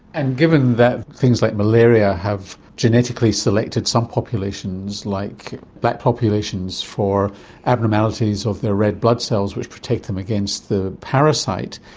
and given that things like malaria have genetically selected some populations, like black populations, for abnormalities of their red blood cells which protect them against the parasite,